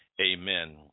amen